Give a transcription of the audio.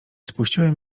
spuściłem